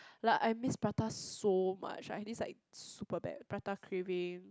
like I miss prata so much I miss like super bad prata craving